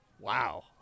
Wow